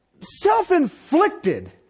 self-inflicted